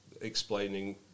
explaining